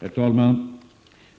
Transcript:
Herr talman!